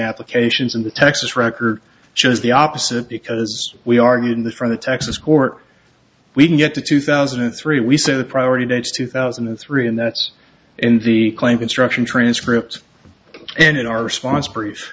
applications in the texas record just the opposite because we argued in the from the texas court we can get to two thousand and three we said the priority dates two thousand and three and that's in the claim construction transcript and in our response br